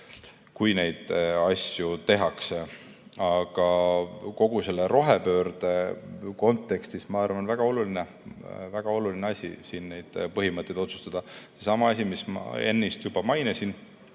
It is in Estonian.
kui neid asju tehakse. Aga kogu selle rohepöörde kontekstis, ma arvan, on väga oluline siin neid põhimõtteid otsustada. Seesama asi, mis ma ennist juba mainisin,